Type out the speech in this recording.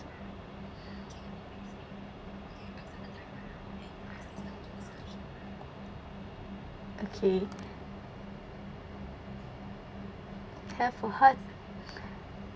okay have or heard